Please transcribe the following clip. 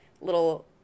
little